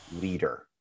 leader